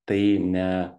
tai ne